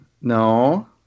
No